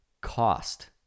cost